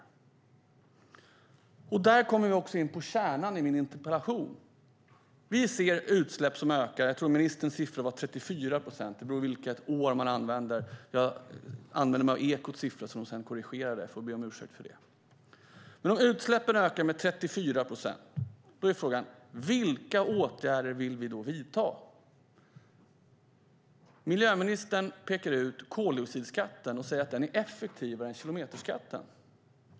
Där kommer vi också in på kärnan i min interpellation. Vi ser utsläpp som ökar. Jag tror att ministerns siffra var 34 procent. Det beror på vilket år man använder. Jag använde mig av Ekots siffror som de sedan korrigerade. Jag ber om ursäkt för det. Om utsläppen ökar med 34 procent är frågan: Vilka åtgärder vill vi vidta? Miljöministern pekar ut koldioxidskatten och säger att den är effektivare än kilometerskatten.